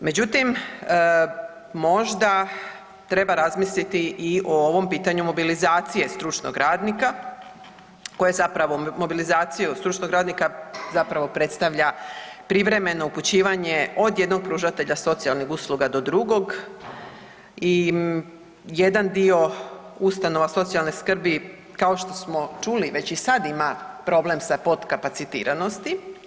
Međutim, možda treba razmisliti i o ovom pitanju mobilizacije stručnog radnika koje zapravo mobilizaciju stručnog radnika zapravo predstavlja privremeno upućivanje od jednog pružatelja socijalnih usluga do drugog i jedan dio ustanova socijalne skrbi, kao što smo čuli, već i sad ima problem sa potkapacitiranosti.